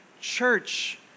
church